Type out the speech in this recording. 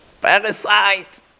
Parasite